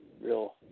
real